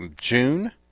June